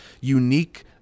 unique